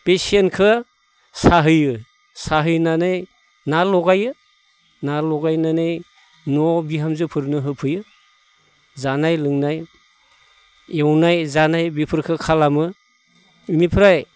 बे सेनखो साहैयो साहैनानै ना लगायो ना लगायनानै न'आव बिहामजोफोरनो होफैयो जानाय लोंनाय एवनाय जानाय बेफोरखो खालामो इनिफ्राय